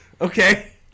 Okay